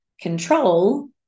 control